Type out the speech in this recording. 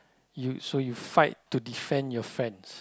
you so you fight to defend your friends